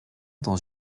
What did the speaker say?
dans